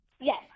Yes